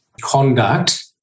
conduct